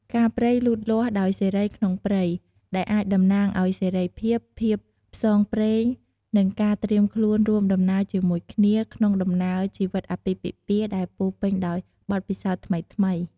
ផ្កាព្រៃលូតលាស់ដោយសេរីក្នុងព្រៃ ដែលអាចតំណាងឱ្យ សេរីភាព ភាពផ្សងព្រេង និងការត្រៀមខ្លួនរួមដំណើរជាមួយគ្នា ក្នុងដំណើរជីវិតអាពាហ៍ពិពាហ៍ដែលពោរពេញដោយបទពិសោធន៍ថ្មីៗ។